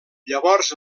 llavors